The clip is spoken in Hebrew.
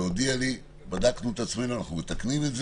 והודיע לי, בדקנו את עצמנו, אנחנו מתקנים את זה.